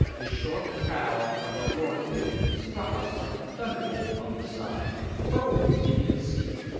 the sharp prow of the war-canoe struck us like a thunderbolt on the side and hurled us into the sea!